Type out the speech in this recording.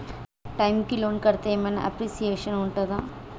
Time కి loan కడ్తే ఏం ఐనా అప్రిషియేషన్ ఉంటదా?